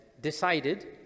decided